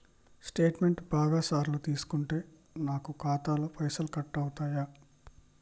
Statement బాగా సార్లు తీసుకుంటే నాకు ఖాతాలో పైసలు కట్ అవుతయా?